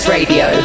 Radio